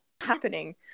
Happening